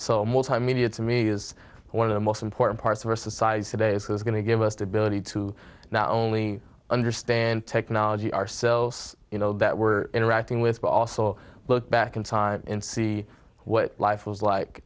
so multimedia to me is one of the most important parts of our societies today is going to give us the ability to not only understand technology our cells you know that we're interacting with but also look back in time and see what life was like